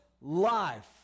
life